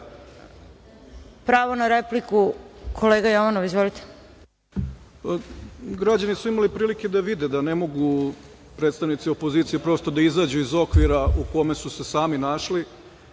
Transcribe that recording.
na repliku, kolega Jovanov. Izvolite. **Milenko Jovanov** Građani su imali prilike da vide da ne mogu predstavnici opozicije prosto da izađu iz okvira u kome su se sami našli.